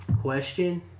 question